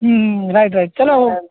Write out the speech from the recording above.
right right ચાલો